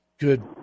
good